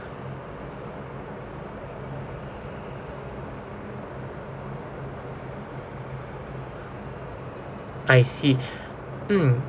I see mm